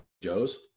Joe's